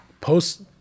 post